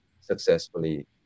successfully